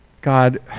God